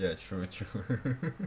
ya true